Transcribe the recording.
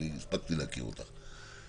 הספקתי להכיר אותך.